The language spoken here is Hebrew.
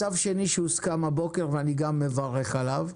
מצב שני שהוסכם הבוקר, ואני גם מברך עליו,